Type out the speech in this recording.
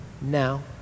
now